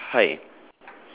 ya hi